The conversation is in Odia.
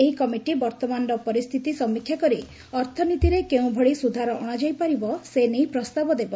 ଏହି କମିଟି ବର୍ତ୍ତମାନର ପରିସ୍ଥିତି ସମୀକ୍ଷା କରି ଅର୍ଥନୀତିରେ କେଉଁ ଭଳି ସ୍ୱଧାର ଅଣାଯାଇ ପାରିବ ସେ ନେଇ ପ୍ରସ୍ତାବ ଦେବ